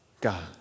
God